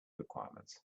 requirements